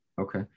okay